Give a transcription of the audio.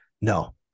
no